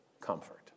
comfort